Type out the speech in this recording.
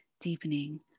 deepening